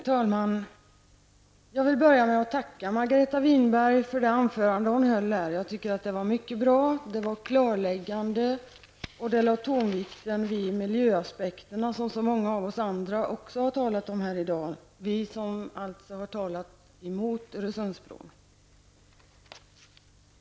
Fru talman! Jag vill börja med att tacka Margareta Winberg för det anförande hon höll här. Jag tycker att det var mycket bra. Det var klarläggande, och det lade tonvikten vid miljöaspekterna, som så många av oss andra också har talat om i dag -- vi som har talat emot Öresundsbron.